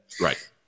Right